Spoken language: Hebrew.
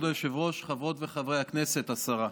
כבוד היושב-ראש, חברות וחברי הכנסת, השרה,